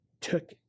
took